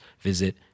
visit